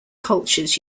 cultures